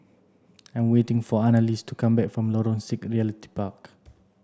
I'm waiting for Annalise to come back from Lorong six Realty Park